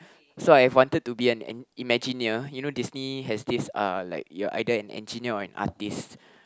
so I've wanted to be an an imagineer you know Disney has this uh like you're either an engineer or an artiste